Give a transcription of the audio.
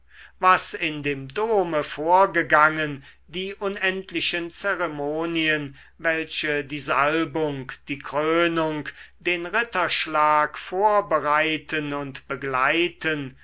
was in dem dome vorgegangen die unendlichen zeremonien welche die salbung die krönung den ritterschlag vorbereiten und begleiten